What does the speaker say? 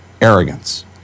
arrogance